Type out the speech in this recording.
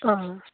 অঁ